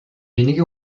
wenige